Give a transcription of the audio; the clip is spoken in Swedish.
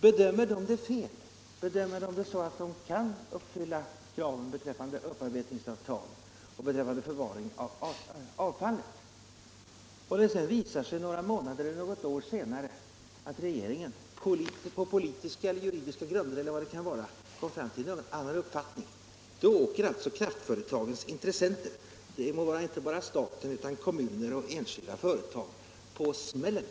Bedömer företaget situationen fel, anser de att de kan uppfylla kraven beträffande upparbetningsavtal och beträffande förvaring av avfallet och det sedan visar sig några månader eller något år senare att regeringen på politiska eller juridiska grunder eller vad det kan vara kommer fram till en annan uppfattning, då drabbas alltså kraftföretagens intressenter —- inte bara staten utan även kommuner och enskilda företag — av smällen.